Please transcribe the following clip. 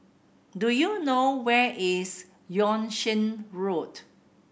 do you know where is Yung Sheng Road